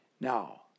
Now